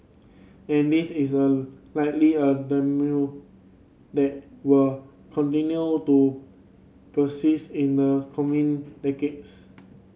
and this is likely a that will continue to persist in the coming decades